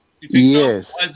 Yes